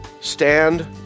stand